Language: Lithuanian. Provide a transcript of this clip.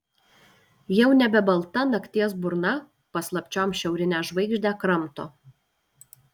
jau nebe balta nakties burna paslapčiom šiaurinę žvaigždę kramto